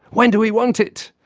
when do we want it?